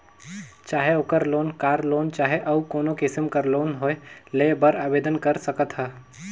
चाहे ओघर loan, car loan चहे अउ कोनो किसिम कर लोन होए लेय बर आबेदन कर सकत ह